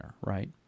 right